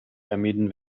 vermieden